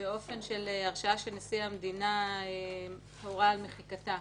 באופן של הרשעה שנשיא המדינה הורה על מחיקתה.